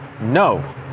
no